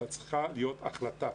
אלא צריכה להיות החלטה.